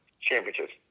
championships